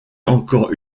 encore